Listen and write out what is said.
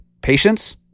patience